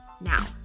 Now